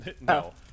No